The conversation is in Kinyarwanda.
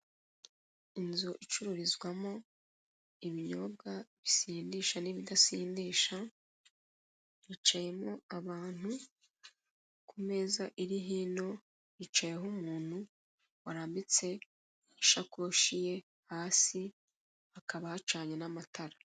Inzu icururizwamo ibinyobwa bisindisha n'ibidasindisha yicayemo abantu ku meza yo iri hino hicayeho umuntu warambitse isakoshi ye hasi, hakaba hacanye n'amatara.